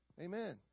Amen